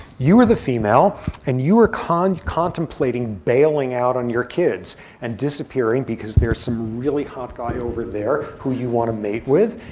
you are the female and you are contemplating bailing out on your kids and disappearing, because there's some really hot guy over there who you want to mate with.